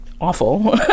awful